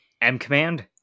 M-Command